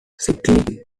sicily